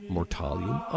Mortalium